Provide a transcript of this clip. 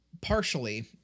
Partially